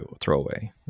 throwaway